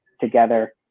together